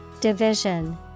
Division